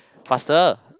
faster